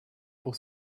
pour